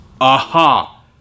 aha